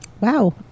Wow